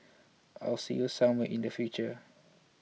I'll see you somewhere in the future